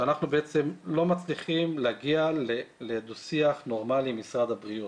שאנחנו בעצם לא מצליחים להגיע לדו שיח נורמלי עם משרד הבריאות.